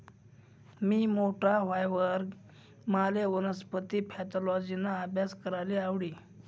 मी मोठा व्हवावर माले वनस्पती पॅथॉलॉजिना आभ्यास कराले आवडी